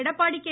Edappadi K